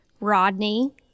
Rodney